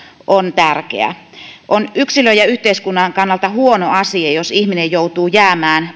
on tärkeä on yksilön ja yhteiskunnan kannalta huono asia jos ihminen joutuu jäämään